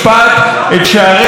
את שערי הצדק,